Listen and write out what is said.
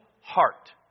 heart